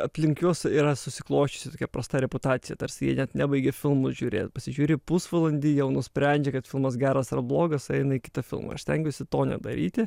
aplink juos yra susiklosčiusi tokia prasta reputacija tarsi jie net nebaigia filmų žiūrėt pasižiūri pusvalandį jau nusprendžia kad filmas geras ar blogas eina į kitą filmą aš stengiuosi to nedaryti